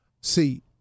See